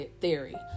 theory